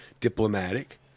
diplomatic